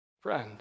friend